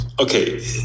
Okay